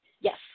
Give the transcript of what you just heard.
Yes